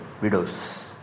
widows